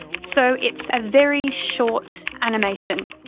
so it's a very short animation.